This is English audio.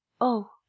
Oh